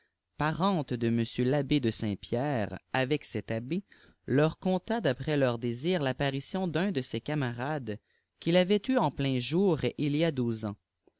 parente de m tabbé de saint-pierre avec cet abbé leur conta d'après leur désir tapparition d'un de ses camarades qu'il avait eue en plein jour il y a douze ans